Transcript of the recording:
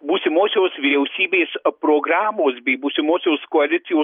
būsimosios vyriausybės programos bei būsimosios koalicijos